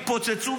התפוצצו.